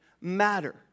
matter